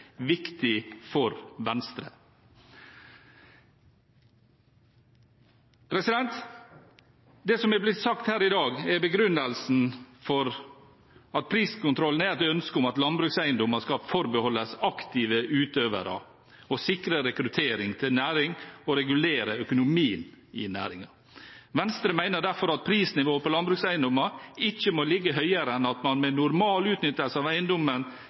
viktig for Venstre. Som det er blitt sagt her i dag, er begrunnelsen for priskontrollen et ønske om at landbrukseiendommer skal forbeholdes aktive utøvere, å sikre rekruttering til næringen og å regulere økonomien i næringen. Venstre mener derfor at prisnivået på landbrukseiendommer ikke må ligge høyere enn at man med normal utnyttelse av